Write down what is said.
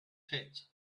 pit